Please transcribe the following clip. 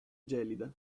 gelida